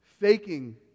Faking